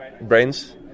brains